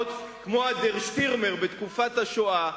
להיראות כמו "דר שטירמר" בתקופת השואה,